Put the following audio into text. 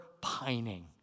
pining